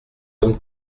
hommes